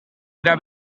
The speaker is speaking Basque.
era